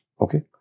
okay